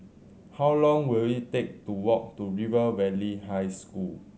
how long will it take to walk to River Valley High School